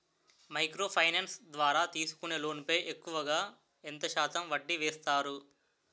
Micro finance ద్వారా తీసుకునే loan పై ఎక్కువుగా ఎంత శాతం వడ్డీ వేస్తారు?